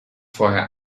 vorher